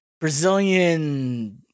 Brazilian